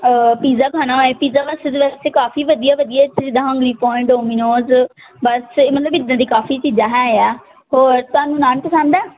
pizza ਖਾਣਾ ਹੋਏ pizza ਵਾਸਤੇ ਤਾਂ ਵੈਸੇ ਕਾਫੀ ਵਧੀਆ ਵਧੀਆ ਇੱਥੇ ਜਿੱਦਾਂ ਹੰਗਰੀ ਪੁਆਇੰਡ ਡੋਮੀਨੋਜ਼ ਬਸ ਇਹ ਮਤਲਬ ਕਿ ਇੱਦਾਂ ਦੀ ਕਾਫੀ ਚੀਜ਼ਾਂ ਹੈ ਆ ਹੋਰ ਤੁਹਾਨੂੰ ਨਾਨ ਪਸੰਦ ਹੈ